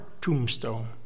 tombstone